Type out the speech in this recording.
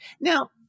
Now